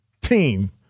team